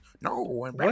no